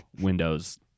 Windows